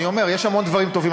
אני אומר: יש המון דברים טובים.